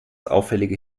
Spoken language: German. auffällige